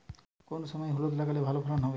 কোন সময় হলুদ লাগালে ভালো ফলন হবে?